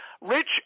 Rich